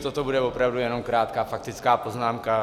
Toto bude opravdu jenom krátká faktická poznámka.